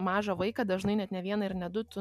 mažą vaiką dažnai net ne vieną ir ne du tu